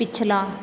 पिछला